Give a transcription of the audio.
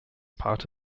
part